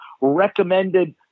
recommended